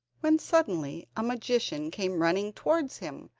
when suddenly a magician came running towards him,